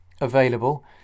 available